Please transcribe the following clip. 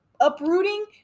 uprooting